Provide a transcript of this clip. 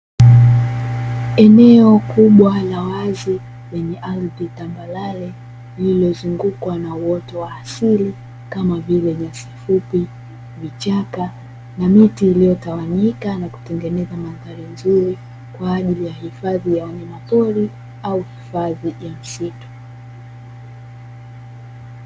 Eneo kubwa la wazi lenye ardhi tambarare lililozungukwa na uoto wa asili kama vile nyasi fupi, vichaka na miti iliyotanyika na kutengeneza mandhari nzuri kwa ajili ya hifadhi ya wanyama pori au hifadhi ya msitu.